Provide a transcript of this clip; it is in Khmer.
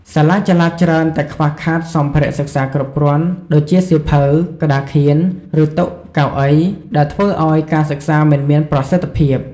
សាលាចល័តច្រើនតែខ្វះខាតសម្ភារៈសិក្សាគ្រប់គ្រាន់ ដូចជាសៀវភៅ ក្ដារខៀន ឬតុ កៅអី ដែលធ្វើអោយការសិក្សាមិនមានប្រសិទ្ធភាព។